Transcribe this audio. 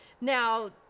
Now